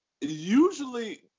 Usually